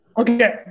Okay